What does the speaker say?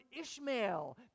Ishmael